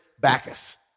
Bacchus